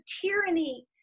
tyranny